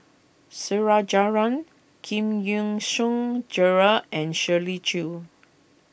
Su Rajendran Giam Yean Song Gerald and Shirley Chew